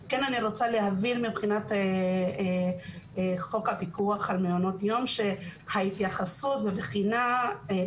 כן רוצה להבהיר מבחינת חוק הפיקוח על מעונות יום שההתייחסות ובחינת